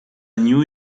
new